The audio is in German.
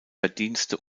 verdienste